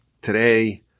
Today